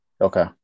Okay